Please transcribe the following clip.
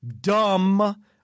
dumb